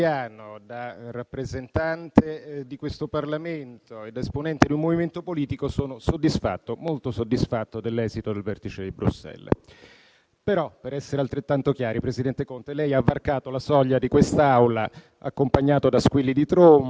Per essere altrettanto chiari, però, signor presidente Conte, lei ha varcato la soglia di quest'Aula accompagnato da squilli di trombe e rulli di tamburi, col sorriso di chi ha vinto una guerra: duplice errore, signor presidente Conte. Intanto, la guerra deve ancora cominciare